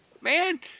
man –